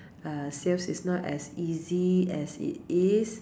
uh sales is not as easy as it is